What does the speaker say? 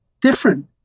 different